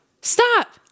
stop